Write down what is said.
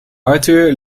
arthur